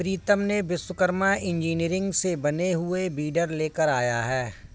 प्रीतम ने विश्वकर्मा इंजीनियरिंग से बने हुए वीडर लेकर आया है